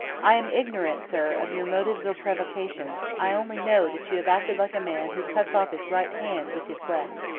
i am ignorant, sir, of your motives or provocations i only know, that you have acted like a man who cuts off his right hand with his left.